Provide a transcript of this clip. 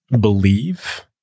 believe